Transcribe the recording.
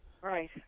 Right